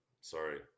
Sorry